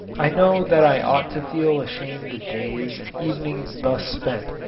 i know that i ought to feel ashamed of days and evenings thus spent,